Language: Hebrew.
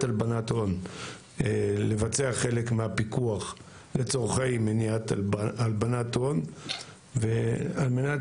הלבנת הון לבצע חלק מהפיקוח לצורכי מניעת הלבנת הון על מנת